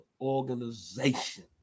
organization